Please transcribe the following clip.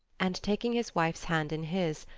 and taking his wife's hand in his,